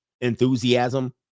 enthusiasm